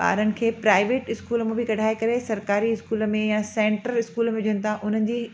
ॿारनि खे प्राईविट स्कूलनि मां बि कढाए करे सरकारी स्कूल में यां सेंट्रल स्कूल में विझनि था उन्हनि जी